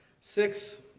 Six